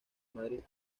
madrid